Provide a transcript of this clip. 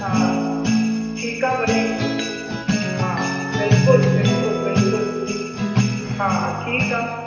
हा ठीकु आहे वरी हा बिल्कुलु बिल्कुलु बिल्कुलु हा ठीकु आहे